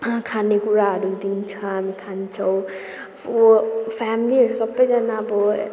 हा खानेकुराहरू दिन्छ हामी खान्छौँ फो फ्यामिलीहरू सबैजना अब